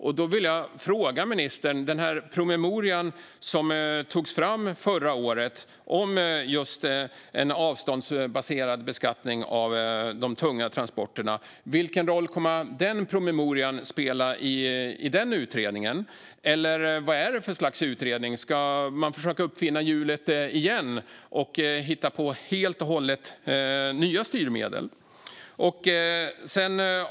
Jag vill därför fråga ministern: Vilken roll kommer den promemoria som togs fram förra året, om just en avståndsbaserad beskattning av de tunga transporterna, att spela i den utredningen? Eller vad är det för slags utredning - ska man försöka uppfinna hjulet igen och hitta på helt och hållet nya styrmedel?